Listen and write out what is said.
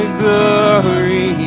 glory